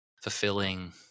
fulfilling